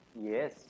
Yes